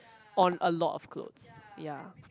on a lot of clothes ya